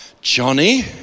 Johnny